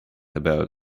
about